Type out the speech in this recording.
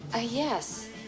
Yes